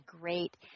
great